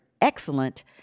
excellent